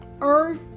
earth